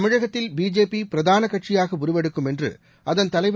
தமிழகத்தில் பிஜேபிபிரதானகட்சியாகஉருவெடுக்கும் என்றுஅதன் தலைவர்